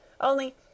Only